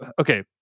okay